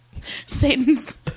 satan's